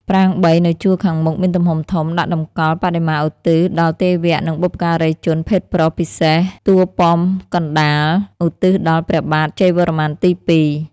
ប្រាង្គ ៣ នៅជួរខាងមុខមានទំហំធំ ដាក់តម្កល់ បដិមាឧទ្ទិសដល់ទេវៈនិងបុព្វការីជនភេទប្រុស ពិសេស តួប៉មកណ្តាល ឧទ្ទិសដល់ព្រះបាទ ជ័យវរ្ម័នទី ២ ។